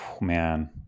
man